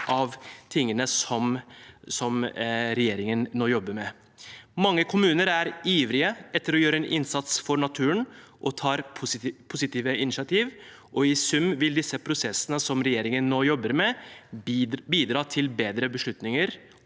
av tingene regjeringen nå jobber med. Mange kommuner er ivrige etter å gjøre en innsats for naturen og tar positive initiativer. I sum vil disse prosessene regjeringen nå jobber med, bidra til bedre beslutninger